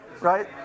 Right